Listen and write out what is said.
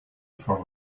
for